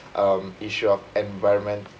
um issue of environment